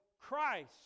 Christ